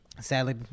Sadly